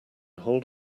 hold